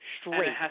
straight